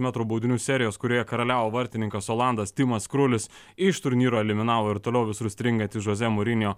metrų baudinių serijos kurioje karaliavo vartininkas olandas timas krulis iš turnyro eliminavo ir toliau visur užstringantį žozę murinio